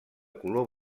color